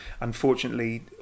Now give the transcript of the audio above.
unfortunately